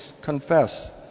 confess